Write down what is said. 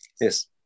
yes